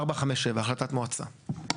457 החלטת מועצה.